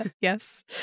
Yes